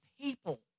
people